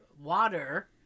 water